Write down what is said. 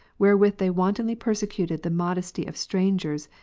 wherewith they wantonly persecuted the modesty of strangers,